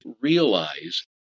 realize